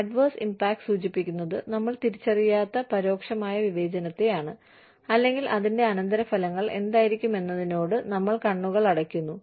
adverse impact സൂചിപ്പിക്കുന്നത് നമ്മൾ തിരിച്ചറിയാത്ത പരോക്ഷമായ വിവേചനത്തെയാണ് അല്ലെങ്കിൽ അതിന്റെ അനന്തരഫലങ്ങൾ എന്തായിരിക്കുമെന്നതിനോട് നമ്മൾ കണ്ണുകൾ അടയ്ക്കുന്നു